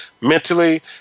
mentally